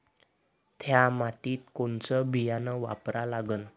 थ्या मातीत कोनचं बियानं वापरा लागन?